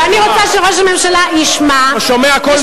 ואני רוצה שראש הממשלה ישמע, הוא שומע כל מלה.